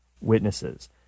witnesses